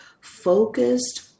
focused